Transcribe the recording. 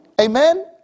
Amen